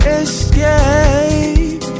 escape